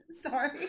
Sorry